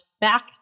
back